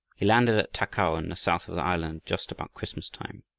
he landed at takow in the south of the island, just about christmas-time.